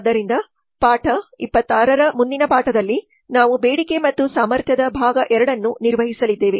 ಆದ್ದರಿಂದ ಪಾಠ 26 ರ ಮುಂದಿನ ಪಾಠದಲ್ಲಿ ನಾವು ಬೇಡಿಕೆ ಮತ್ತು ಸಾಮರ್ಥ್ಯದ ಭಾಗ 2 ಅನ್ನು ನಿರ್ವಹಿಸಲಿದ್ದೇವೆ